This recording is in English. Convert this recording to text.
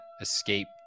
escape